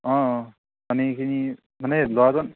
অঁ অঁ পানীখিনি মানে ল'ৰাজন